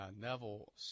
Neville